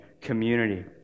community